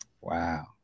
Wow